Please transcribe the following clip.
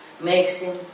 mixing